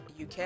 UK